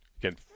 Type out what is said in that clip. Again